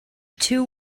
two